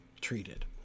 treated